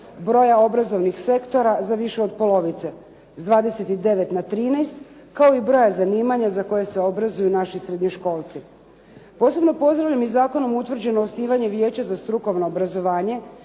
broja obrazovnih sektora za više od polovice s 29 na 13 kao i broja zanimanja za koja se obrazuju naši srednjoškolci. Posebno pozdravljam i zakonom utvrđeno osnivanje Vijeća za strukovno obrazovanje